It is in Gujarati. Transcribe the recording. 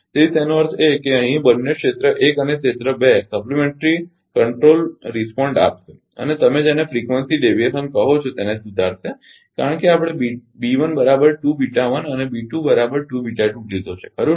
તેથી તેનો અર્થ એ કે અહીં બંને ક્ષેત્ર 1 અને ક્ષેત્ર 2 પૂરક નિયંત્રણ રિસ્પોન્ડ આપશે અને તમે જેને ફ્રીકવંસી વિચલન કહો છો તેને સુધારશે કારણ કે આપણે અને લીધો છે ખરુ ને